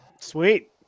sweet